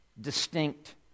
distinct